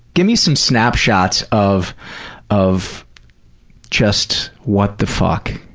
give me some snapshots of of just, what the fuck.